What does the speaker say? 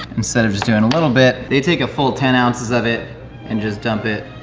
instead of just doing a little bit, they take a full ten ounces of it and just dump it